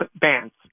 bands